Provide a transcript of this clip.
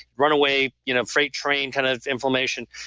runaway you know freight train kind of inflammation.